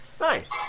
Nice